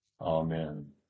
Amen